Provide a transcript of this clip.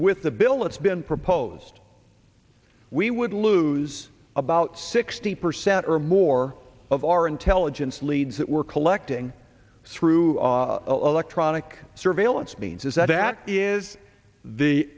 with the bill that's been proposed we would lose about sixty percent or more of our intelligence leads that we're collecting through electronic surveillance means is that that is the